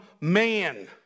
man